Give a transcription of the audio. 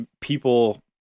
people